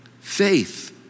Faith